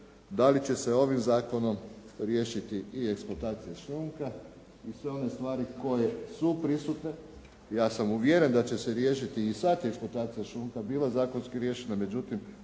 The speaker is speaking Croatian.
da li će se ovim zakonom riješiti i eksploatacija šljunka i sve one stvari koje su prisutne. Ja sam uvjeren da će se riješiti i sad eksploatacija šljunka bila zakonski riješena. Međutim,